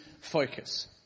focus